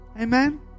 Amen